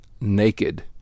naked